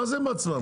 מה זה הם עצמם?